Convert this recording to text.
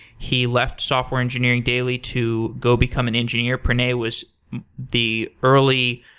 he left software engineering daily to go become an engineer. pranay was the early,